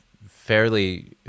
fairly